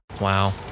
Wow